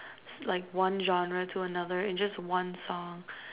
like one genre to another in just one song